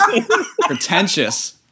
Pretentious